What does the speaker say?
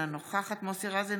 אינה נוכחת מוסי רז,